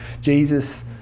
Jesus